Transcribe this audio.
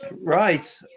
Right